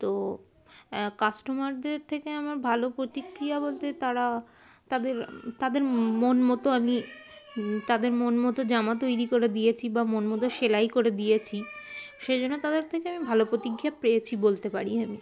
তো কাস্টমারদের থেকে আমার ভালো প্রতিক্রিয়া বলতে তারা তাদের তাদের মন মতো আমি তাদের মন মতো জামা তৈরি করে দিয়েছি বা মন মতো সেলাই করে দিয়েছি সেই জন্যন্য তাদের থেকে আমি ভালো প্রতিক্রিয়া পেয়েছি বলতে পারি আমি